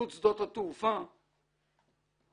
לנמל תעופה רמון.